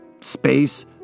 Space